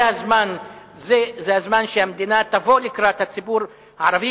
זה הזמן שהמדינה תבוא לקראת הציבור הערבי